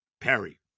Perry